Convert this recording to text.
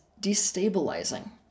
destabilizing